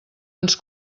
ens